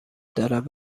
دارد